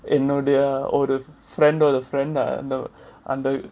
eh no they're or the friend of the friend lah அந்த:andha